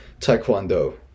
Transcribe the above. Taekwondo